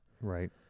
Right